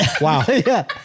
Wow